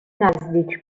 نزدیک